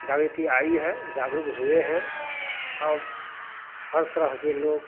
जागृति आई है जागरुक हुए हैं अब हर तरह के लोग